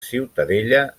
ciutadella